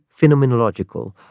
phenomenological